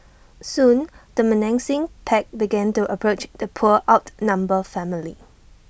soon the menacing pack began to approach the poor outnumbered family